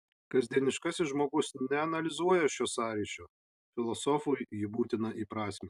kasdieniškasis žmogus neanalizuoja šio sąryšio filosofui jį būtina įprasminti